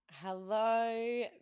Hello